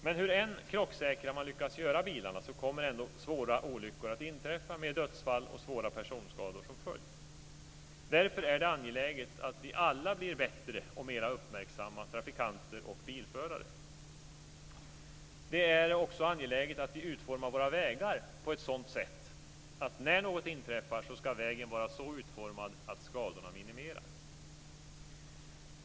Men hur krocksäkra man än lyckas göra bilarna så kommer ändå svåra olyckor att inträffa med dödsfall och svåra personskador som följd. Därför är det angeläget att vi alla blir bättre och mera uppmärksamma trafikanter och bilförare. Det är också angeläget att vi utformar våra vägar på ett sådant sätt att när något inträffar så ska vägen vara så utformad att skadorna minimeras.